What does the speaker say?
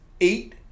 eight